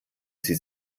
sie